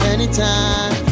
Anytime